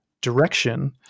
direction